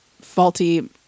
faulty